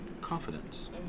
confidence